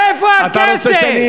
איפה הכסף?